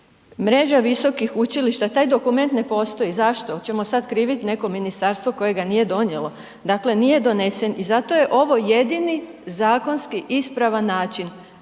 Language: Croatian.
Mreža visokih učilišta taj dokument ne postoji. Zašto? Hoćemo sad kriviti neko ministarstvo koje ga nije donijelo? Dakle, nije donesen i zato je ovo jedini zakonski ispravan način